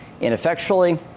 ineffectually